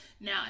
Now